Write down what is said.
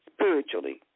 spiritually